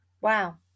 Wow